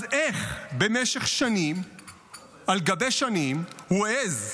אז איך במשך שנים על גבי שנים הוא העז,